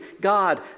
God